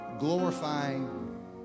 glorifying